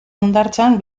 hondartzan